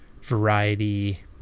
variety